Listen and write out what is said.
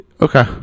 Okay